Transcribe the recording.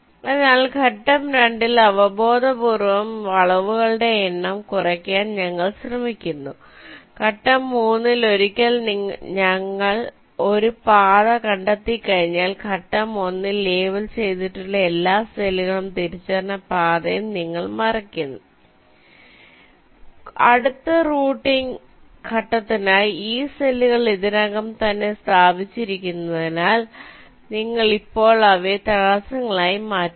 അതിനാൽ ഘട്ടം 2 ൽ അവബോധപൂർവ്വം വളവുകളുടെ എണ്ണം കുറയ്ക്കാൻ ഞങ്ങൾ ശ്രമിക്കുന്നു ഘട്ടം 3 ൽ ഒരിക്കൽ നിങ്ങൾ ഒരു പാത കണ്ടെത്തിക്കഴിഞ്ഞാൽ ഘട്ടം 1 ൽ ലേബൽ ചെയ്തിട്ടുള്ള എല്ലാ സെല്ലുകളും തിരിച്ചറിഞ്ഞ പാതയും നിങ്ങൾ മായ്ക്കുന്നു അടുത്ത റൂട്ടിംഗ് ഘട്ടത്തിനായി ഈ സെല്ലുകൾ ഇതിനകം തന്നെ സ്ഥാപിച്ചിരിക്കുന്നതിനാൽ നിങ്ങൾ ഇപ്പോൾ അവയെ തടസ്സങ്ങളായി മാറ്റുന്നു